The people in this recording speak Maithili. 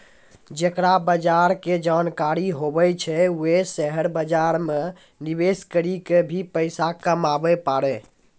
जेकरा बजार के जानकारी हुवै छै वें शेयर बाजार मे निवेश करी क भी पैसा कमाबै पारै